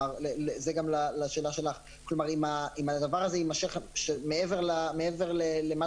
וזה גם לשאלה שלך אם הדבר הזה יימשך מעבר למה